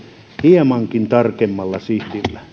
hiemankin tarkemmalla sihdillä